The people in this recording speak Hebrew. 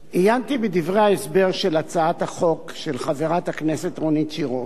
עיינתי בדברי ההסבר של הצעת החוק של חברת הכנסת רונית תירוש.